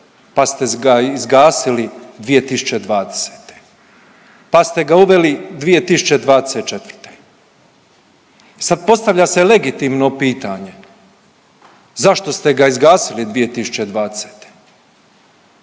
pa ste izgasili 2020. pa ste ga uveli 2024. I sad, postavlja se legitimno pitanje, zašto ste izgasili 2020.?